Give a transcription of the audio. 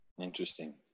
Interesting